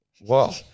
Wow